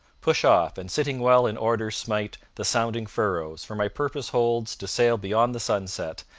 push off, and sitting well in order smite the sounding furrows for my purpose holds to sail beyond the sunset,